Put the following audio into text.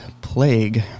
Plague